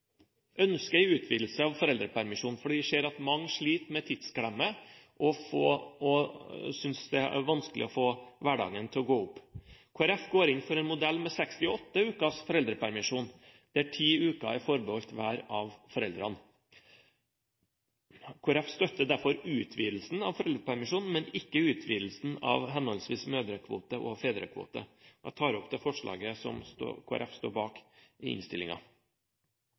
utvidelse av foreldrepermisjonen, for vi ser at mange sliter med tidsklemma og synes det er vanskelig å få hverdagen til å gå opp. Kristelig Folkeparti går inn for en modell med 68 ukers foreldrepermisjon, der ti uker er forbeholdt hver av foreldrene. Kristelig Folkeparti støtter derfor utvidelsen av foreldrepermisjonen, men ikke utvidelsen av henholdsvis mødrekvote og fedrekvote. Jeg tar opp forslaget i innstillingen som Kristelig Folkeparti står bak.